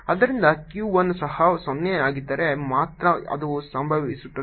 ಆದ್ದರಿಂದ Q 1 ಸಹ 0 ಆಗಿದ್ದರೆ ಮಾತ್ರ ಅದು ಸಂಭವಿಸುತ್ತದೆ